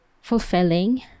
fulfilling